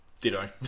ditto